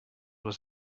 was